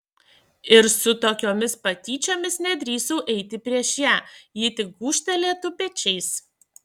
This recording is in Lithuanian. ir su tokiomis patyčiomis nedrįsau eiti prieš ją ji tik gūžtelėtų pečiais